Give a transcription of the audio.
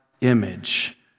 image